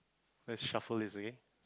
let's shuffle this okay